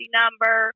number